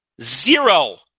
zero